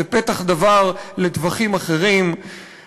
זה פתח דבר לטבחים אחרים,